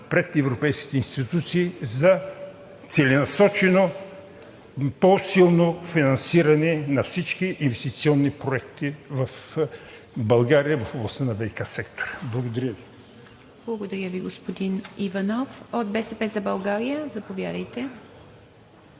пред европейските институции за целенасочено, по-силно финансиране на всички инвестиционни проекти в България в областта на ВиК сектора. Благодаря Ви. ПРЕДСЕДАТЕЛ ИВА МИТЕВА: Благодаря Ви, господин Иванов. От „БСП за България“, заповядайте.